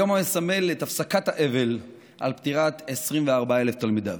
ביום המסמל את הפסקת האבל על פטירת 24,000 תלמידיו,